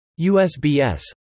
USBS